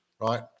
right